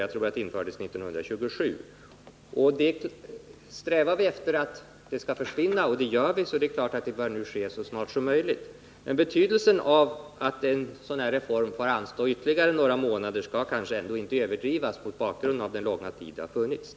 Jag tror det infördes 1927. Strävar vi efter att det skall försvinna — och det gör vi — bör det ske så snart som möjligt. Men betydelsen av att en sådan här reform får anstå ytterligare några månader skall kanske ändå inte överdrivas, mot bakgrund av den långa tid straffet har funnits.